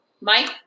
Mike